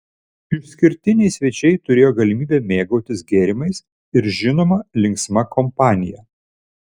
išskirtiniai svečiai turėjo galimybę mėgautis gėrimais ir žinoma linksma kompanija